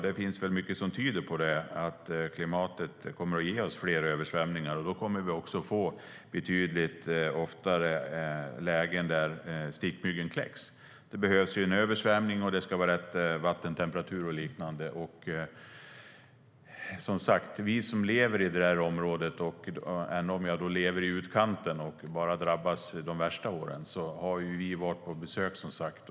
Det finns dock mycket som tyder på att klimatet kommer att ge oss fler översvämningar, och då kommer vi också betydligt oftare att få lägen då stickmyggan kläcks. För det behövs en översvämning, och det ska bland annat vara rätt vattentemperatur. Jag lever i utkanten av området och drabbas bara de värsta åren men har som sagt varit på besök.